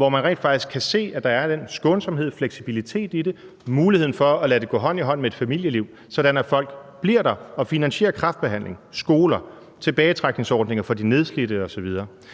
hvor man rent faktisk kan se, at der er den skånsomhed og fleksibilitet, og at der er mulighed for at lade det gå hånd i hånd med et familieliv, sådan at folk bliver der og finansierer kræftbehandling, skoler, tilbagetrækningsordninger for de nedslidte osv.